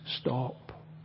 stop